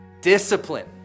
discipline